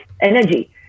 energy